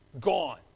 Gone